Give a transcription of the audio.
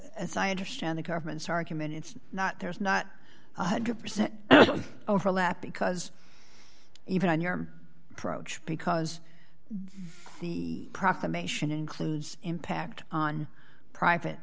as i understand the government's argument it's not there's not one hundred percent overlap because even on your approach because the proclamation includes impact on private